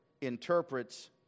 interprets